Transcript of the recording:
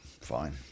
Fine